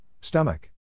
stomach